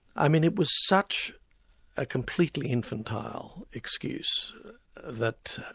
i mean it was such a completely infantile excuse that